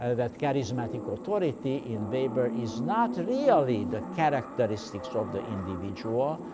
ah that charismatic authority in weber is not really the characteristics of the individual. ah